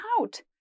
out